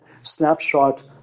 snapshot